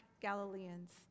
Galileans